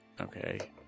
okay